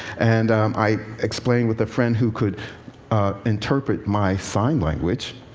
and i explained, with a friend who could interpret my sign language,